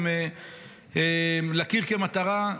לקיר כמטרה,